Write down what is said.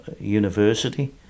university